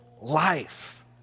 life